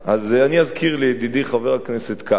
אז אני אזכיר לידידי חבר הכנסת כבל,